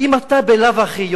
אם אתה בלאו הכי,